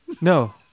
No